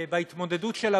להתמודדות שלה,